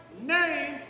name